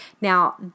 Now